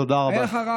תודה רבה.